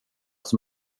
som